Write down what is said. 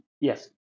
yes